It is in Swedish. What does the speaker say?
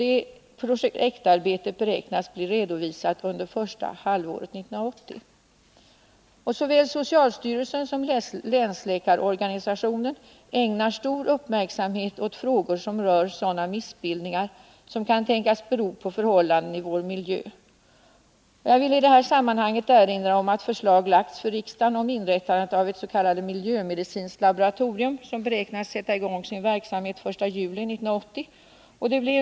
Detta projektarbete beräknas bli redovisat under första 89 Såväl socialstyrelsen som länsläkarorganisationen ägnar stor uppmärksamhet åt frågor som rör sådana missbildningar som kan tänkas bero på förhållanden i vår miljö. Jag vill i detta sammanhang erinra om att förslag lagts fram för riksdagen om inrättande av ett s.k. miljömedicinskt laboratorium, som beräknas sätta i gång sin verksamhet den 1 juli 1980.